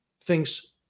thinks